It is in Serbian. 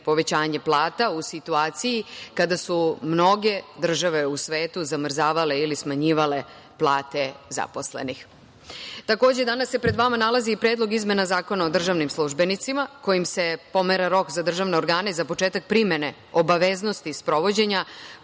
povećanje plata u situaciji kada su mnoge države u svetu zamrzavale ili smanjivale plate zaposlenih. Takođe, danas se pred vama nalazi Predlog izmena Zakona o državnim službenicima kojim se pomera rok za državne organe za početak primene obaveznosti sprovođenja